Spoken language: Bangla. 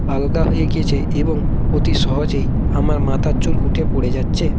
আলগা হয়ে গিয়েছে এবং অতি সহজেই আমার মাথার চুল উঠে পড়ে যাচ্ছে